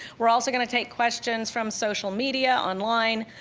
we're also gonna take questions from social media, online,